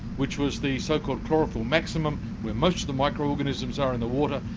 which was the so-called chlorophyll maximum where most of the micro-organisms are in the water,